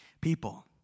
people